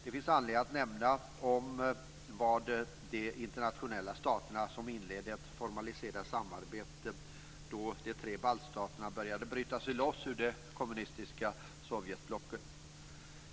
Det finns anledning att nämna att det inte var de nationella staterna som inledde ett formaliserat samarbete då de tre baltstaterna började bryta sig loss ur det kommunistiska sovjetblocket.